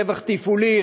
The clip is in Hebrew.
רווח תפעולי,